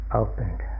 opened